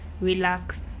relax